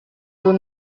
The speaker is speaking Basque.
dut